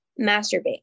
Masturbate